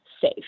safe